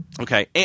Okay